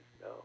no